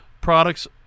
products